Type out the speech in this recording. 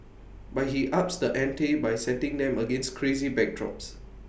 but he ups the ante by setting them against crazy backdrops